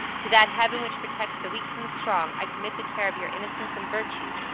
to that heaven which protects the weak from the strong, i commit the care of your innocence and virtues,